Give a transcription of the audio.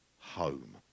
home